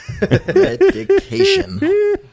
Medication